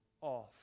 off